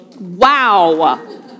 Wow